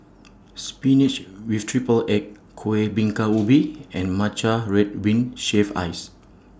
Spinach with Triple Egg Kuih Bingka Ubi and Matcha Red Bean Shaved Ice